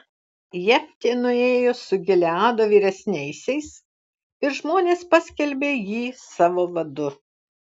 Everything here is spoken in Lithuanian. jeftė nuėjo su gileado vyresniaisiais ir žmonės paskelbė jį savo vadu